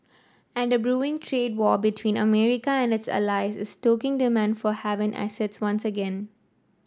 and a brewing trade war between America and its allies is stoking demand for haven assets once again